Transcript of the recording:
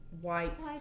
white